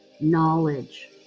knowledge